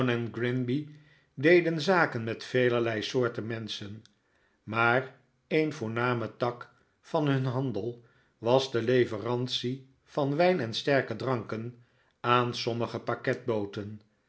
deden zaken met velerlei soorten menschen maar een voorname tak van hun handel was de leverantie van wijn en sterke dranken aan sommige